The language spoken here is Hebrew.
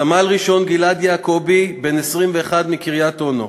סמל-ראשון גלעד יעקבי, בן 21, מקריית-אונו,